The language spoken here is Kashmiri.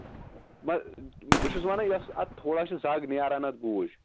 بہٕ چھُس وَنان یۄس اَتھ تھوڑا چھِ زَگ نیران اَتھ گوٗج